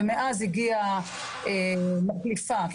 ומאז הגיעה מחליפה לחודשיים,